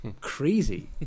Crazy